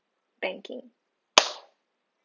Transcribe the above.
banking